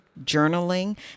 journaling